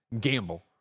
gamble